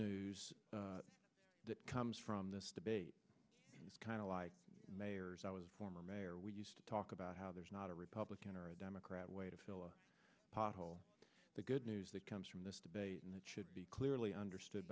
news that comes from this debate is kind of like mayors i was former mayor we used to talk about how there's not a republican or a democrat way to fill a pothole the good news that comes from this debate and that should be clearly understood